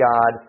God